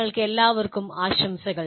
നിങ്ങൾക്കെല്ലാവർക്കും ആശംസകൾ